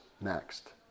next